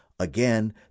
again